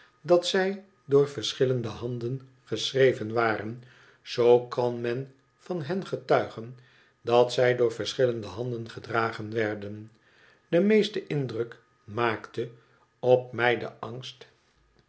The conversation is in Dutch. dat zij door verschillende handen geschreven waren zoo kan men van hen getuigen dat zij door verschillende handen gedragen werden de meeste indruk maakte op mij de angst